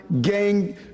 gang